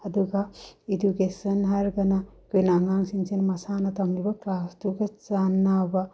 ꯑꯗꯨꯒ ꯏꯗꯨꯀꯦꯁꯟ ꯍꯥꯏꯔꯒꯅ ꯑꯩꯈꯣꯏꯅ ꯑꯉꯥꯡꯁꯤꯡꯁꯦ ꯃꯁꯥꯅ ꯇꯝꯂꯤꯕ ꯀ꯭ꯂꯥꯁꯇꯨꯒ ꯆꯥꯟꯅꯕ